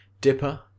Dipper